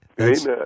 Amen